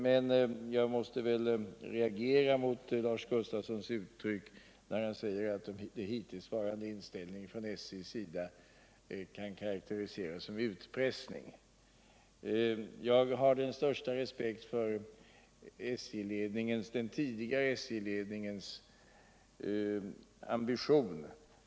Men jag reagerar när Lars Gustafsson säger att den hittillsvarande inställningen från SJ:s sida kan karakteriseras som utpressning. Jag har den största respekt för den tidigare SJ-ledningens ambitio.